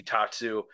Tatsu